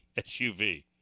SUV